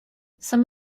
some